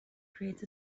creates